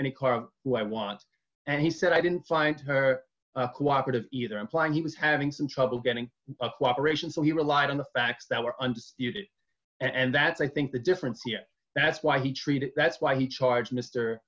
any car what i want and he said i didn't find her cooperative either implying he was having some trouble getting cooperation so he relied on the facts that were undisputed and that's i think the difference here that's why he treated that's why he charge